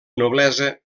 noblesa